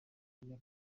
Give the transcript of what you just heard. y’akazi